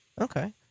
Okay